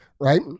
right